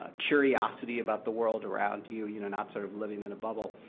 ah curiosity about the world around you you you know not sort of living in a bubble.